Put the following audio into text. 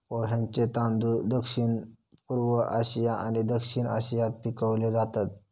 पोह्यांचे तांदूळ दक्षिणपूर्व आशिया आणि दक्षिण आशियात पिकवले जातत